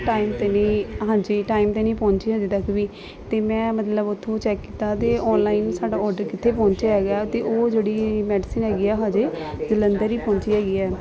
time 'ਤੇ ਨਹੀਂ ਹਾਂਜੀ ਟਾਈਮ 'ਤੇ ਨਹੀਂ ਪਹੁੰਚੀ ਅਜੇ ਤੱਕ ਵੀ ਅਤੇ ਮੈਂ ਮਤਲਬ ਉੱਥੋਂ ਚੈੱਕ ਕੀਤਾ ਅਤੇ ਔਨਲਾਈਨ ਸਾਡਾ ਔਡਰ ਕਿੱਥੇ ਪਹੁੰਚਿਆ ਹੈਗਾ ਤਾਂ ਉਹ ਜਿਹੜੀ ਮੈਡੀਸਨ ਹੈਗੀ ਆ ਅਜੇ ਜਲੰਧਰ ਹੀ ਪਹੁੰਚੀ ਹੈਗੀ ਹੈ